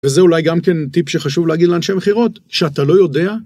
וזה אולי גם כן טיפ שחשוב להגיד לאנשי מכירות, שאתה לא יודע.